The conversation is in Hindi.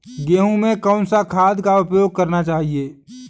गेहूँ में कौन सा खाद का उपयोग करना चाहिए?